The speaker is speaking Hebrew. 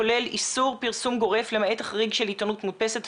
כולל איסור פרסום גורף למעט החריג של עיתונות מודפסת,